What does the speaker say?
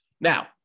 now